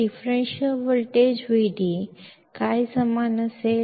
तर विभेदक voltage Vd काय समान असेल